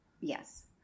yes